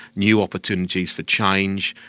new opportunities could change.